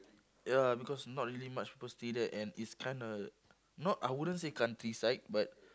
ya because not really much people stay there and it's kind of not I wouldn't say countryside but